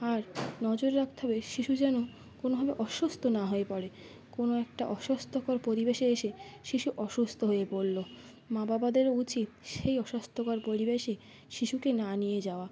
আর নজর রাখতে হবে শিশু যেন কোনোভাবে অসুস্থ না হয়ে পড়ে কোনো একটা অস্বাস্থ্যকর পরিবেশে এসে শিশু অসুস্থ হয়ে পড়ল মা বাবাদেরও উচিত সেই অস্বাস্থ্যকর পরিবেশে শিশুকে না নিয়ে যাওয়া